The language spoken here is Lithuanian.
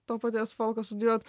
to paties folko studijuot